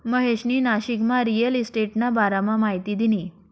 महेशनी नाशिकमा रिअल इशटेटना बारामा माहिती दिनी